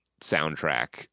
soundtrack